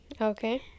Okay